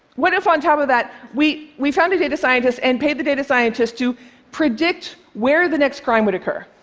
what if, on top of that, we we found the data scientists and paid the data scientists to predict where the next crime would occur?